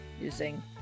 using